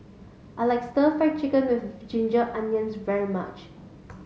I like stir fried chicken with ginger onions very much